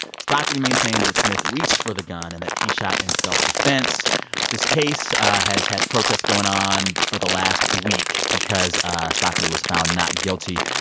stockley maintains that smith reached for the gun and that he shot in self-defense this case has had protests going on for the last week because stockley was found not guilty.